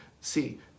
See